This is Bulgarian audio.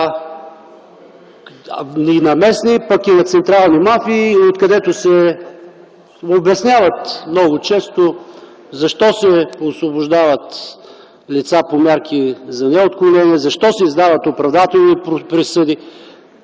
И в местни, пък и в централни мафии, което обяснява много често защо се освобождават лица по мерки за неотклонение, защо се издават оправдателни присъди.